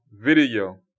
video